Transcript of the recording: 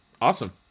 Awesome